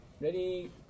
ready